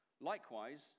Likewise